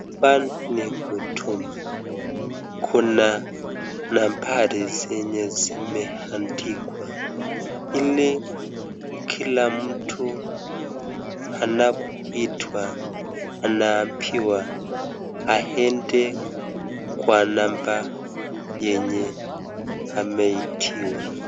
Hapa ni Huduma, kuna nambari zenye zimeandikwa ili kila mtu anapoitwa anaambiwa aende kwa namba yenye ameitiwa.